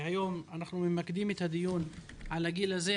והיום אנחנו ממקדים את הדיון בגיל הזה,